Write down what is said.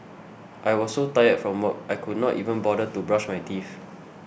I was so tired from work I could not even bother to brush my teeth